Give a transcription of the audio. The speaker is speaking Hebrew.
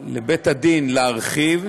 לבית-הדין להרחיב.